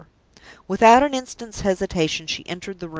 without an instant's hesitation she entered the room.